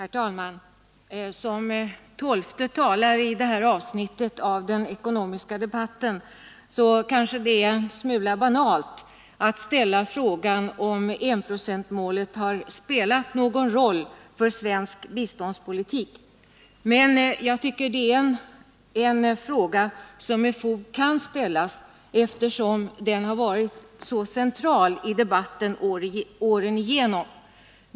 Herr talman! Som tolfte talare i det här avsnittet av den ekonomiska debatten är det kanske en smula banalt att ställa frågan om enprocentsmålet har spelat någon roll för svensk biståndspolitik. Men det är en fråga som med fog kan ställas eftersom den varit så central i debatten genom åren.